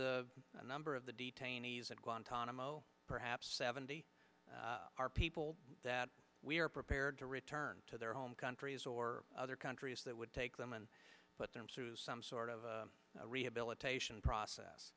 the number of the detainees at guantanamo perhaps seventy are people that we are prepared to return to their home countries or other countries that would take them and put them through some sort of rehabilitation